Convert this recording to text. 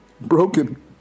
broken